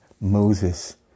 Moses